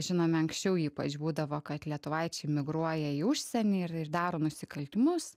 žinome anksčiau ypač būdavo kad lietuvaičiai migruoja į užsienį ir ir daro nusikaltimus